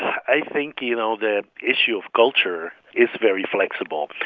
i think, you know, the issue of culture is very flexible.